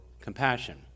compassion